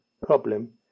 problem